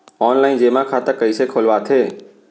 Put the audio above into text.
Online जेमा खाता कइसे खोलवाथे?